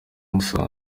musanze